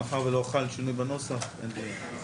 מאחר ולא חל שינוי בנוסח, אין לי מה להעיר.